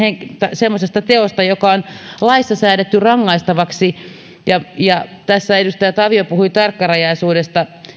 semmoisesta teosta joka on laissa säädetty rangaistavaksi ja ja tässä edustaja tavio puhui tarkkarajaisuudesta